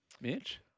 Mitch